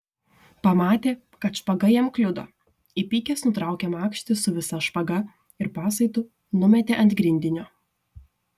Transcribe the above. pamatė kad špaga jam kliudo įpykęs nutraukė makštį su visa špaga ir pasaitu numetė ant grindinio